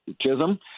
Chisholm